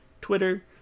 Twitter